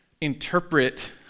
interpret